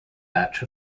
batch